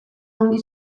ongi